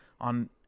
on